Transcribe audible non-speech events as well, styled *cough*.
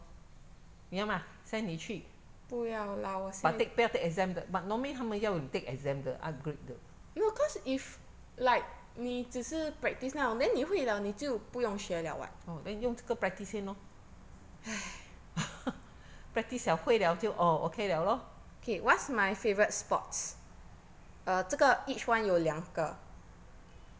你要吗 send 你去 but take 不要 take exam 的 but normally 他们要你 take exam 的 upgrade 的 oh then 用这个 practise 先 lor *laughs* practise 了会了就哦:liao hui liao jiu o: okay 了 lor